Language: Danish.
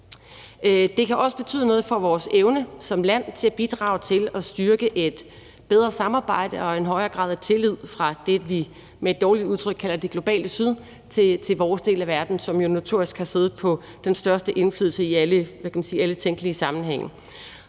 Det kan også betyde noget for vores evne til som land at bidrage til at styrke samarbejdet og skabe en højere grad af tillid fra det, vi med et dårligt udtryk kalder det globale syd, til vores del af verden, som jo notorisk har siddet på den største indflydelse i alle tænkelige sammenhænge.